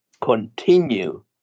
continue